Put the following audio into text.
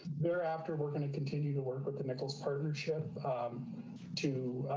thereafter, we're going to continue to work with the nichols partnership um to